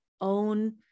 own